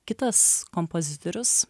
kitas kompozitorius